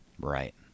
Right